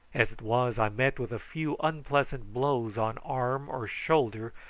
as it was, i met with a few unpleasant blows on arm or shoulder,